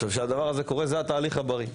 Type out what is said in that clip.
כשהדבר הזה קורה, זה התהליך הבריא.